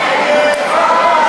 קיום.